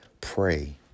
Pray